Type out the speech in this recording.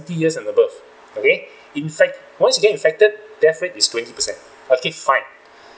years and above okay in fact once you get infected death rate is twenty per cent okay fine